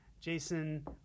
Jason